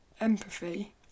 empathy